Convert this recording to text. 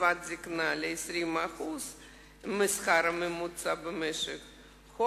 קצבת הזיקנה ל-20% מהשכר הממוצע במשק,